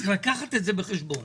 יש לקחת זאת בחשבון.